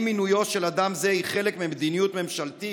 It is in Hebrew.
האם מינויו של אדם זה הוא חלק ממדיניות ממשלתית